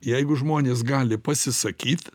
jeigu žmonės gali pasisakyt